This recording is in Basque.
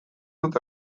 dut